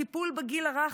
טיפול בגיל הרך.